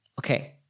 okay